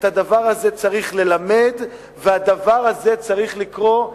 את הדבר הזה צריך ללמד והדבר הזה צריך לקרות.